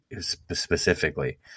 specifically